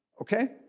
Okay